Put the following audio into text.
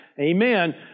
Amen